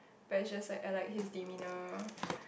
but is just like like he is demeanour